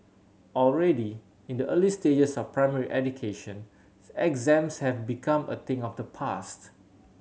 already in the early stages of primary education exams have become a thing of the past